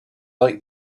like